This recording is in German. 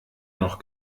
noch